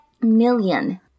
million